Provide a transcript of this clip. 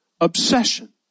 obsession